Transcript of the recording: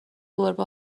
گربه